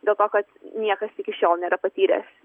dėl to kad niekas iki šiol nėra patyręs